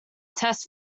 test